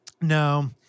No